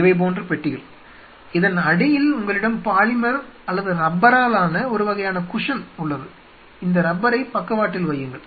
இவை போன்ற பெட்டிகள் இதன் அடியில் உங்களிடம் பாலிமர் அல்லது ரப்பராலான ஒரு வகையான குஷன் உள்ளது இந்த ரப்பரை பக்கவாட்டில் வையுங்கள்